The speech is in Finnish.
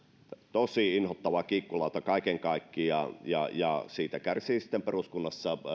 tosi inhottava kiikkulauta kaiken kaikkiaan ja ja siitä sitten kärsii peruskunnassa